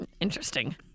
Interesting